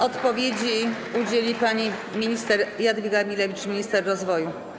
Odpowiedzi udzieli pani minister Jadwiga Emilewicz, minister rozwoju.